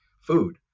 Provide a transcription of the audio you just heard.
food